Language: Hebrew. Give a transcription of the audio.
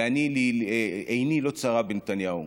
ועיני לא צרה בנתניהו,